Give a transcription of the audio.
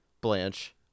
Blanche